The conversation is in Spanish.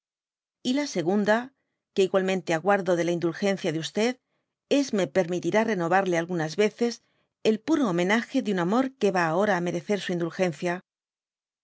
y la segimda que igualmente aguardo de is mdulgensia de es me permita rovarle algunas veces el puro homenage de un amor que ya ahora á merecer su indulgencia